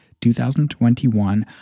2021